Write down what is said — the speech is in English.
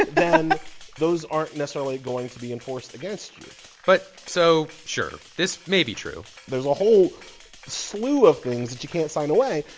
then those aren't necessarily going to be enforced against you but so sure, this may be true there's a whole slew of things that you can't sign away,